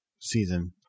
season